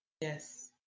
Yes